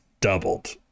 Doubled